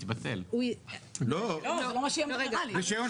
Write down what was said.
לא מבטלים רישיון